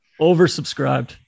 oversubscribed